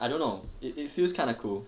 I don't know it it feels kinda cool